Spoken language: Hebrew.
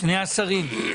שני השרים.